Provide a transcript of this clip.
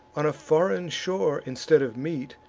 on a foreign shore, instead of meat,